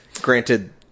Granted